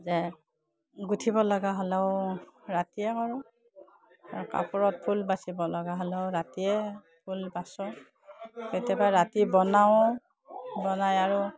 সেয়ে গোঁঠিব লগা হ'লেও ৰাতিয়ে কৰোঁ আৰু কাপোৰত ফুল বাচিব লগা হ'লেও ৰাতিয়ে ফুল বাচোঁ কেতিয়াবা ৰাতি বনাওঁ বনাই আৰু